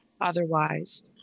Otherwise